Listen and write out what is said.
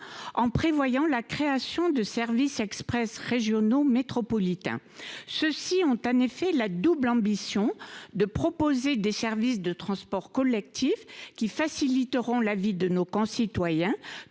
en prévoyant la création de services express régionaux métropolitains. ci ont en effet la double ambition de proposer des services de transport collectif qui faciliteront la vie de nos concitoyens